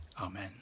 Amen